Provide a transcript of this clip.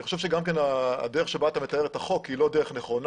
אני חושב שהדרך בה אתה מתאר את החוק היא לא דרך נכונה.